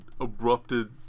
abrupted